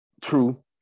True